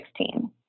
2016